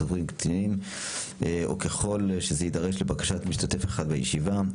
דוברים קטינים או ככל שזה יידרש לבקשת משתתף אחד בישיבה,